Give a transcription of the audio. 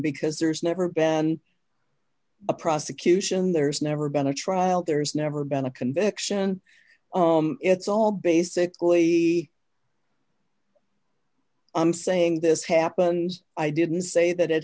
because there's never been a prosecution there's never been a trial there's never been a conviction it's all basically i'm saying this happens i didn't say that it